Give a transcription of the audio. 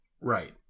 right